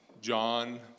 John